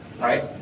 right